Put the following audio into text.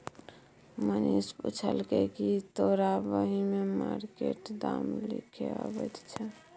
मनीष पुछलकै कि तोरा बही मे मार्केट दाम लिखे अबैत छौ